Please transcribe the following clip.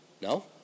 No